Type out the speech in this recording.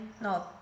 No